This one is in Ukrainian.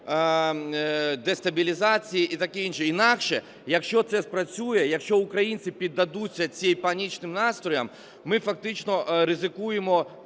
дестабілізації і таке інше. Інакше, якщо це спрацює, якщо українці піддадуться цим панічним настроям, ми фактично ризикуємо